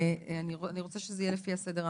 אני רוצה שזה יהיה לפי הסדר הנכון.